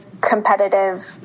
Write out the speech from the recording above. competitive